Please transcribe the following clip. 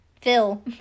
Phil